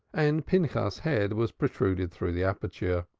and pinchas's head was protruded through the aperture.